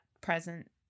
present